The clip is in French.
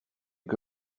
que